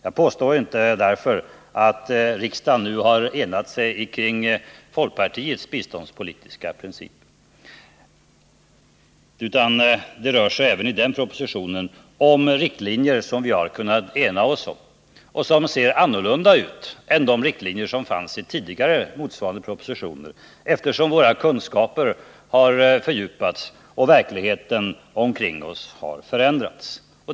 Jag påstår därför inte att riksdagen nu har enat sig kring folkpartiets biståndspolitiska princip, utan vad jag vill framhålla är att det rör sig även i den här propositionen om riktlinjer som vi har kunnat enas om. Och de ser faktiskt litet annorlunda ut än motsvarande riktlinjer i tidigare propositioner. Våra kunskaper har fördjupats och verkligheten omkring oss har förändrats.